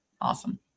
awesome